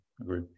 agree